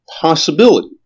possibility